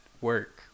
work